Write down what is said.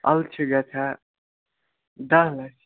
اَلہٕ چھِ گژھان دَہ لَچھ